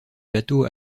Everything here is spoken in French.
bateaux